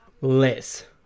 less